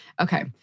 Okay